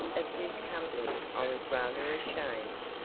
of whose company i was rather ashamed,